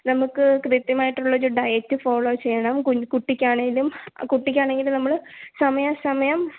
നമുക്ക് കൃത്യമായിട്ടുള്ളൊരു diet follow ചെയ്യണം കുൻ കുട്ടിക്കാണെങ്കിലും കുട്ടിക്കാണെങ്കിൽ നമ്മൾ സമയാസമയം